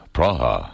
Praha